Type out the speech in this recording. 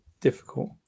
difficult